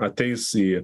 ateis į